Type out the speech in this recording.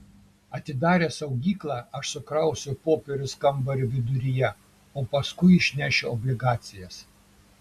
atidaręs saugyklą aš sukrausiu popierius kambario viduryje o paskui išnešiu obligacijas